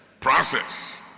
Process